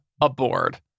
aboard